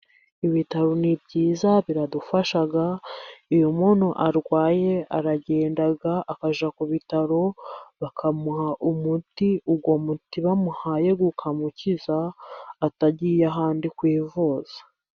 Ibitaro ni byiza biradufasha, iyo umuntu arwaye aragenda akajya ku bitaro bakamuha umuti, uwo muti bamuhaye ukamukiza atagiye ahandi kwivuza.